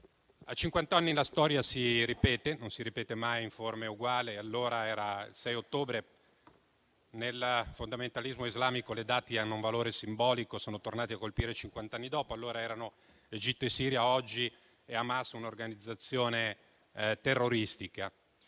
A cinquant'anni la storia si ripete, anche se non si ripete mai in forme uguali: allora era il 6 ottobre - nel fondamentalismo islamico le date hanno un valore simbolico - e sono tornati a colpire cinquant'anni dopo. Allora erano Egitto e Siria, mentre oggi è Hamas, un'organizzazione terroristica.